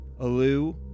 Alu